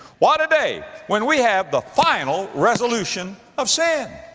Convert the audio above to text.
what a day when we have the final resolution of sin.